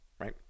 right